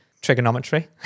trigonometry